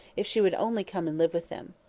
if she would only come and live with them.